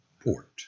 port